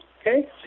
okay